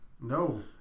No